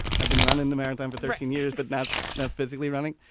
i've been running the marathon for thirteen years, but that's not physically running.